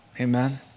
Amen